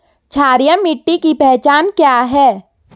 क्षारीय मिट्टी की पहचान क्या है?